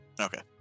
Okay